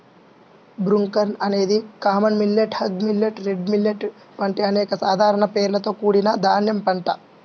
broomcorn అనేది common millet, hog millet, red millet వంటి అనేక సాధారణ పేర్లతో కూడిన ధాన్యం పంట